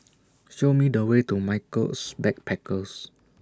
Show Me The Way to Michaels Backpackers